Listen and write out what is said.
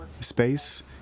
space